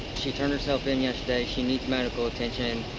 she turned herself in yesterday. she needs medical attention.